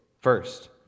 First